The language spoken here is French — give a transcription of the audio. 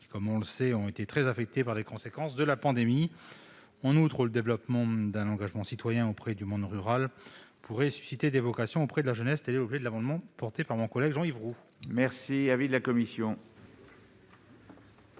qui, comme on le sait, ont été très affectées par les conséquences de la pandémie. En outre, le développement d'un engagement citoyen auprès du monde rural pourrait susciter des vocations au sein de la jeunesse. Tel est l'objet de cet amendement, déposé par mon collègue Jean-Yves Roux. Quel est l'avis de la commission